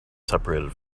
separated